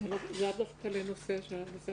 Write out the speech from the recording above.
וגם לחזור עם תשובות לגבי הנושא של עובדי